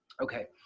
okay.